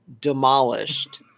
demolished